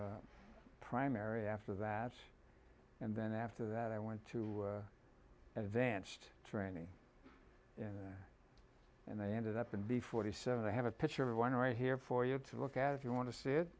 to primary after that and then after that i went to advanced training and they ended up and b forty seven i have a picture of one right here for you to look at if you want to see it